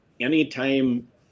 anytime